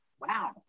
wow